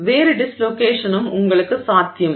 வேறு டிஸ்லோகேஷனும் உங்களுக்குச் சாத்தியம்